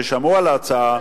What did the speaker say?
כששמעו על ההצעה.